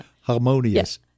harmonious